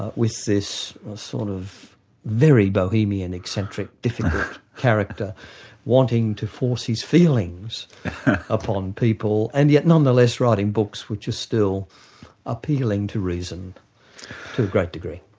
with this sort of very bohemian eccentric difficult character wanting to force his feelings upon people, and yet nonetheless writing books, which are still appealing to reason to a great degree.